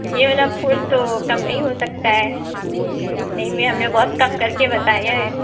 یہ والا پھول تو کم نہیں ہو سکتا ہے اتنے ہی میں ہم نے بہت کم کر کے بتایا ہے